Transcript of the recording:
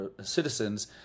citizens